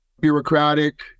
bureaucratic